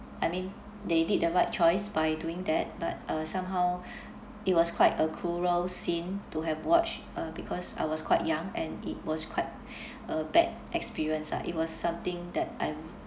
I mean they did the right choice by doing that but uh somehow it was quite a cruel scene to have watched uh because I was quite young and it was quite a bad experience lah it was something that I